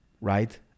right